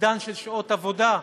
אובדן שעות עבודה,